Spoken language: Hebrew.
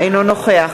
אינו נוכח